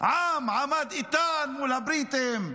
עם עמד איתן מול הבריטים,